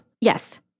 Yes